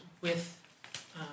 with-